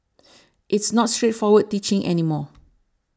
it's not straightforward teaching any more